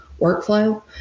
workflow